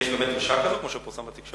יש באמת דרישה כזאת, כמו שפורסם בתקשורת?